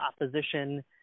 opposition